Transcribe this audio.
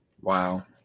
Wow